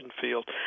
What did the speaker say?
field